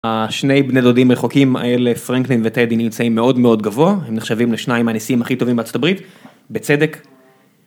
השני בני דודים רחוקים האלה, פרנקלין וטדי, נמצאים מאוד מאוד גבוה, הם נחשבים לשניים הנשיאים הכי טובים בארה״ב, בצדק.